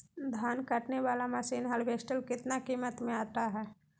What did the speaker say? धान कटने बाला मसीन हार्बेस्टार कितना किमत में आता है?